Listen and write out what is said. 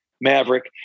Maverick